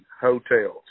hotels